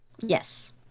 Yes